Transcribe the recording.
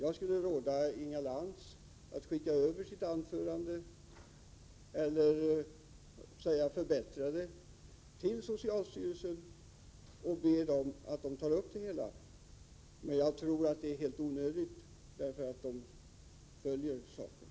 Jag skulle råda Inga Lantz att skicka över sitt anförande i förbättrat skick till socialstyrelsen och be dem att ta upp det hela. Men jag tror att det är helt onödigt, eftersom socialstyrelsen följer frågan.